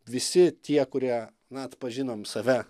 visi tie kurie na atpažinom save